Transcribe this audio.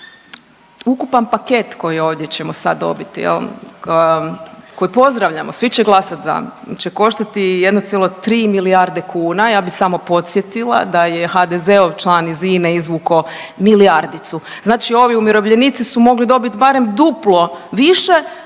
ukupan paket koji ovdje ćemo sad dobiti koji pozdravljamo, svi će glasat za, on će koštati 1,3 milijarde kuna. Ja bih samo podsjetila da je HDZ-ov član iz INA-e izvukao milijardicu. Znači ovi umirovljenici su mogli dobiti barem duplo više